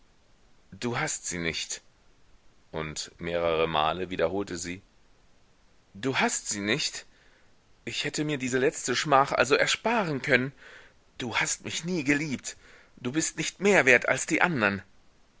du hast sie nicht und mehrere male wiederholte sie du hast sie nicht ich hätte mir diese letzte schmach also ersparen können du hast mich nie geliebt du bist nicht mehr wert als die andern